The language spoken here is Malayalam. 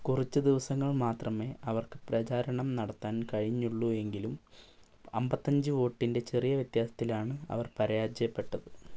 കുറച്ചു ദിവസങ്ങൾ മാത്രമേ അവർക്ക് പ്രചാരണം നടത്താൻ കഴിഞ്ഞുള്ളുവെങ്കിലും അമ്പത്തഞ്ചു വോട്ടിന്റെ ചെറിയ വ്യത്യാസത്തിലാണ് അവർ പരാജയപ്പെട്ടത്